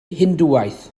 hindŵaeth